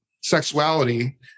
sexuality